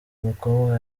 mukobwa